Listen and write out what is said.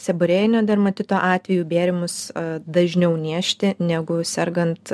seborėjinio dermatito atveju bėrimus dažniau niežti negu sergant